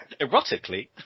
Erotically